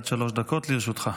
עד שלוש דקות לרשותך.